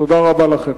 תודה רבה לכם.